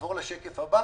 נעבור לשקף הבא.